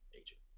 agent